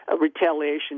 retaliation